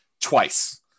twice